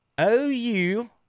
OU